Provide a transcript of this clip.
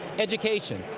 education.